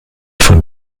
von